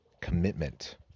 commitment